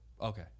Okay